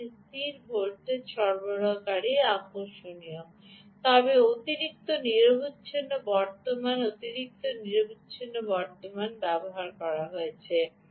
এটি একটি স্থির ভোল্টেজ সরবরাহকারী আকর্ষণীয় তবে অতিরিক্ত নিরবচ্ছিন্ন current ব্যবহার করা হয়েছে